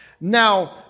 Now